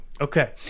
Okay